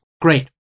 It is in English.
Great